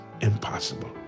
impossible